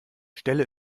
stelle